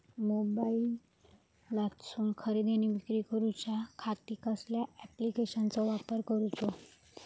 मोबाईलातसून खरेदी आणि विक्री करूच्या खाती कसल्या ॲप्लिकेशनाचो वापर करूचो?